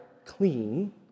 clean